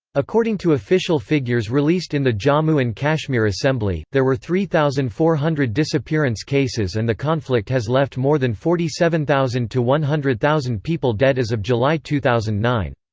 according to official figures released in the jammu and kashmir assembly, there were three thousand four hundred disappearance cases and the conflict has left more than forty seven thousand to one hundred thousand people dead as of july two thousand and nine.